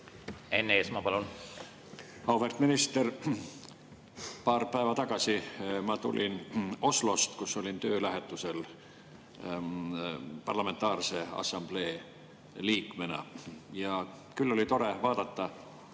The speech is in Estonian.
Enn Eesmaa, palun! Auväärt minister! Paar päeva tagasi ma tulin Oslost, kus olin töölähetusel parlamentaarse assamblee liikmena, ja küll oli tore vaadata,